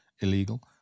illegal